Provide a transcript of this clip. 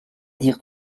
dires